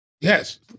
Yes